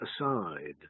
aside